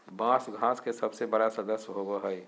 बाँस घास के सबसे बड़ा सदस्य होबो हइ